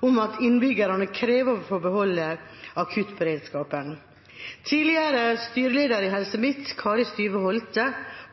om at innbyggerne får beholde akuttberedskapen. Tidligere styreleder i Helse Midt, Marthe Styve Holte,